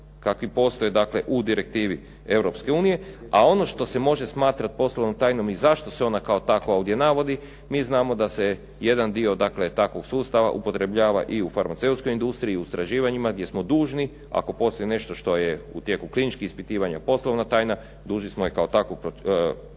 kakvi postoje dakle u direktivi Europske unije, a ono što se može smatrati poslovnom tajnom i zašto se ona kao takva ovdje navodi mi znamo da se jedan dio dakle takvog sustava upotrebljava i u farmaceutskoj industriji, i u istraživanjima gdje smo dužni, ako postoji nešto što je u tijeku kliničkih ispitivanja poslovna tajna, dužni smo je kao takvu